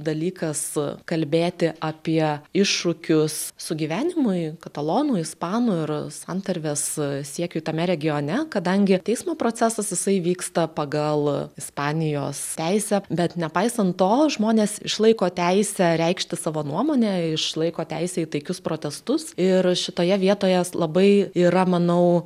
dalykas kalbėti apie iššūkius sugyvenimui katalonų ispanų ir santarvės siekiu tame regione kadangi teismo procesas jisai vyksta pagal ispanijos teisę bet nepaisant to žmonės išlaiko teisę reikšti savo nuomonę išlaiko teisę į taikius protestus ir šitoje vietoje labai yra manau